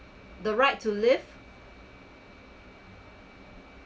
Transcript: the right to live